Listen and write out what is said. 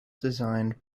designed